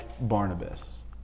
Barnabas